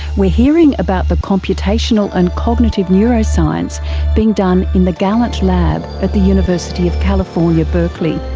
we're hearing about the computational and cognitive neuroscience being done in the gallant lab at the university of california, berkeley.